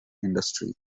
industry